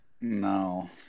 No